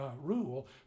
rule